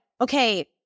okay